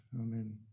Amen